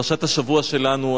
פרשת השבוע שלנו,